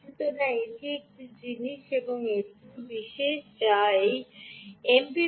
সুতরাং এটি একটি জিনিস এবং এটি বিশেষ যা এই MPPC